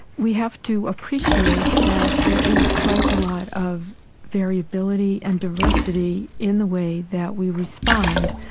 we have to appreciate that there is quite a lot of variability and diversity in the way that we respond.